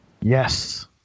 Yes